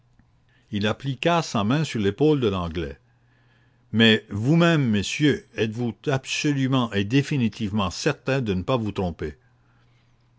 mais vous-même monsieur êtes-vous absolument et définitivement certain de ne pas vous tromper